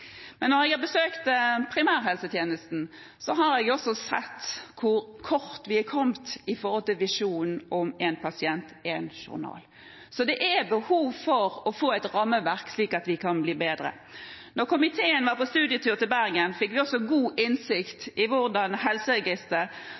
Men når jeg har besøkt primærhelsetjenesten, har jeg også sett hvor kort vi er kommet med tanke på visjonen om «én pasient – én journal». Så det er behov for å få et rammeverk, slik at vi kan bli bedre. Da komiteen var på studietur til Bergen, fikk vi også god innsikt